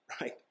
right